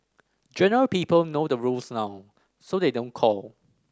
generally people know the rules now so they don't call